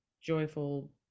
joyful